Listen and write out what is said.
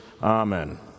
Amen